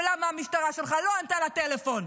ולמה המשטרה שלך לא ענתה לטלפון,